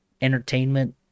entertainment